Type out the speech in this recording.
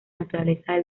naturaleza